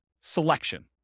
selection